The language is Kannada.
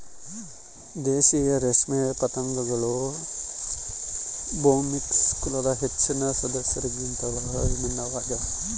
ದೇಶೀಯ ರೇಷ್ಮೆ ಪತಂಗಗಳು ಬೊಂಬಿಕ್ಸ್ ಕುಲದ ಹೆಚ್ಚಿನ ಸದಸ್ಯರಿಗಿಂತ ಬಹಳ ಭಿನ್ನವಾಗ್ಯವ